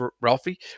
Ralphie